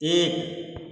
एक